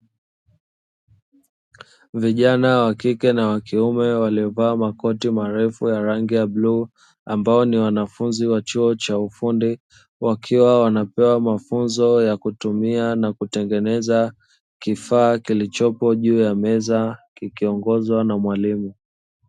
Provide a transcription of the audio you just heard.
Vijana wa kike na wa kiume, waliovaa makoti marefu ya rangi ya bluu, ambao ni wanafunzi wa chuo cha ufundi, wakiwa wanapewa mafunzo ya kutumia na kutengeneza kifaa kilichopo juu ya meza kikiongozwa na mwalimu.